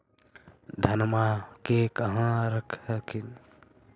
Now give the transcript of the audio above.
धनमा के कहा रख हखिन?